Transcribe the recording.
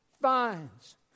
finds